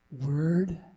word